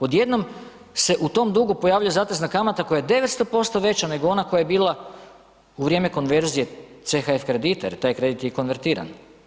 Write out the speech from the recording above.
Odjednom se u tom dugu pojavljuje zatezna kamata koja je 900% veća nego ona koja je bila u vrijeme konverzije CHF kredita jer taj kredit je konvertiran.